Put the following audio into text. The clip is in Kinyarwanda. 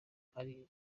ari